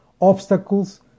obstacles